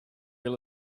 real